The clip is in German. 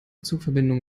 zugverbindungen